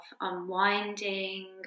unwinding